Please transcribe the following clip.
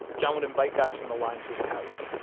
john would invite guys from the line to his house,